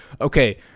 okay